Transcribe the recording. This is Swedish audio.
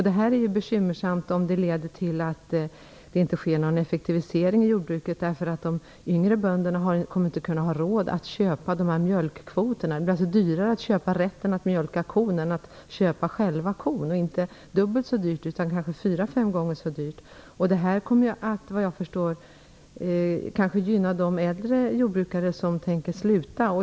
Det här är ju bekymmersamt om det leder till att det inte sker någon effektivisering i jordbruket därför att de yngre bönderna inte kommer att ha råd att köpa dessa mjölkkvoterna - det blir alltså dyrare att köpa rätten att mjölka kon än att köpa själva kon, och det blir inte bara dubbelt så dyrt, utan kanske fyra fem gånger så dyrt. Efter vad jag förstår kommer det här kanske att gynna de äldre jordbrukare som tänker sluta.